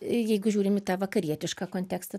jeigu žiūrim į tą vakarietišką kontekstą